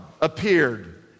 appeared